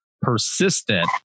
persistent